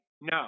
no